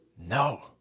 No